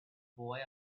boy